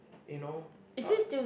you know thought